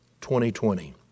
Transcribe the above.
2020